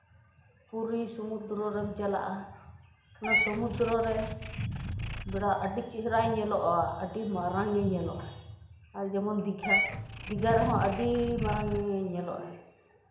ᱯᱩᱨᱤ ᱥᱚᱢᱩᱫᱨᱚ ᱨᱮᱢ ᱪᱟᱞᱟᱜᱼᱟ ᱚᱱᱟ ᱥᱚᱢᱩᱫᱨᱚ ᱨᱮ ᱵᱮᱲᱟ ᱟᱹᱰᱤ ᱪᱮᱦᱨᱟᱭ ᱧᱮᱞᱚᱜᱼᱟ ᱟᱹᱰᱤ ᱢᱟᱨᱟᱝ ᱮ ᱧᱮᱞᱚᱜᱼᱟ ᱟᱨ ᱡᱮᱢᱚᱱ ᱫᱤᱜᱷᱟ ᱫᱤᱜᱷᱟ ᱨᱮᱦᱚᱸ ᱟᱹᱰᱤ ᱢᱟᱨᱟᱝ ᱧᱮᱞᱚᱜ ᱟᱭ